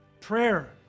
Prayer